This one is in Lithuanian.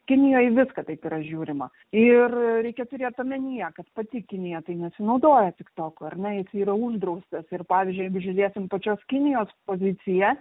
kinijoj į viską taip yra žiūrima ir reikia turėt omenyje kad pati kinija tai nesinaudoja tiktoku ar ne jisai yra uždraustas ir pavyzdžiui jeigu žiūrėsim pačios kinijos poziciją